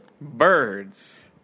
Birds